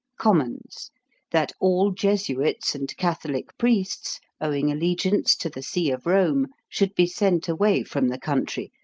commons that all jesuits and catholic priests, owing allegiance to the see of rome, should be sent away from the country,